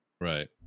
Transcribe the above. Right